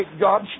God